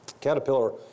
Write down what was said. Caterpillar